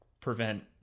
prevent